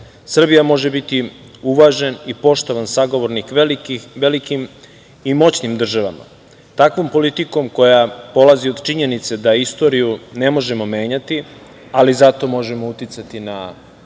Srbija može biti uvažen i poštovan sagovornik velikim i moćnim državama. Takvom politikom koja polazi od činjenice da istoriju ne možemo menjati, ali zato možemo uticati na